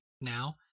now